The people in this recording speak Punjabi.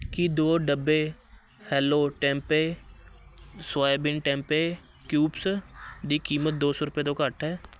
ਕੀ ਦੋ ਡੱਬੇ hello tempeh soybean tempeh cubes ਦੀ ਕੀਮਤ ਦੋ ਸੌ ਰੁਪਏ ਤੋਂ ਘੱਟ ਹੈ